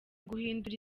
guhindura